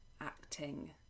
acting